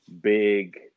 big